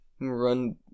Run